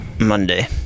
Monday